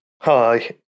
Hi